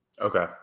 Okay